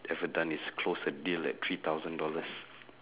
ever done is close a deal at three thousand dollars